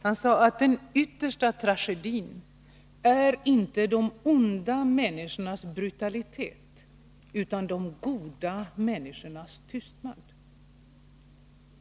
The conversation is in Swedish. Han sade att den yttersta tragedin är inte de onda människornas brutalitet utan de goda människornas tystnad.